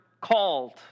called